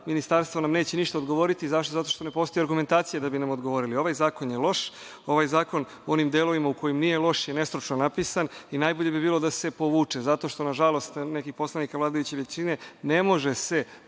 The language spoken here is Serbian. ministarstvo nam neće ništa odgovoriti. Zašto? Zato što ne postoji argumentacija da bi nam odgovorili. Ovaj zakon je loš. Ovaj zakon, u onim delovima u kojima nije loš je nestručno napisan i najbolje bi bilo da se povuče. Zato što nažalost, neki od poslanika vladajuće većine, ne može se